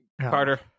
Carter